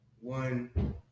one